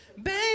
Baby